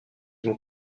vont